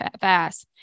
fast